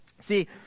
See